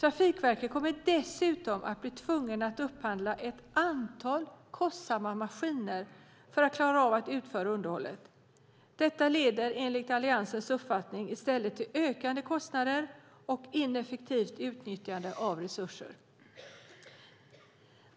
Trafikverket kommer dessutom att bli tvunget att upphandla ett antal kostsamma maskiner för att klara av att utföra underhållet. Detta leder enligt Alliansens uppfattning i stället till ökade kostnader och ineffektivt utnyttjande av resurser.